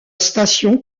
station